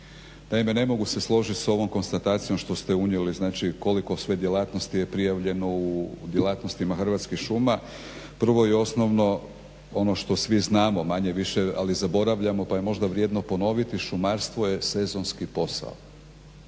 Naime ne mogu se složiti sa ovom konstatacijom što ste ju unijeli, znači koliko je sve djelatnosti je prijavljeno u djelatnostima Hrvatskim šuma. Prvo i osnovno ono što svi znamo manje-više ali zaboravljamo pa je možda vrijedno ponoviti. Šumarstvo je sezonski posao.